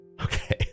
Okay